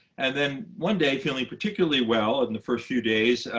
and then one day, feeling particularly well in the first few days,